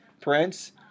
Prince